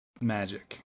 magic